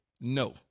no